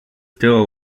still